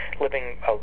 living